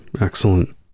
Excellent